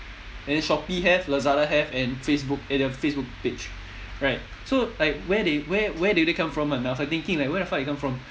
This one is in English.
and then shopee have lazada have and facebook eh the facebook page right so like where they where where do they come from [one] I was thinking like where the fuck do they come from